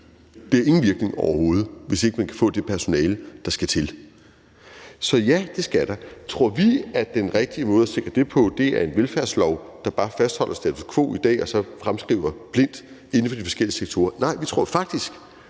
ingen virkning, hvis ikke man kan få det personale, der skal til. Så ja, det skal der. Tror vi, at den rigtige måde at sikre det på er en velfærdslov, der bare fastholder status quo i dag og så fremskriver blindt inden for de forskellige sektorer? Nej, vi tror faktisk,